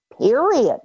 period